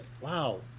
wow